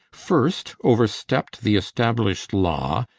first overstepped the established law,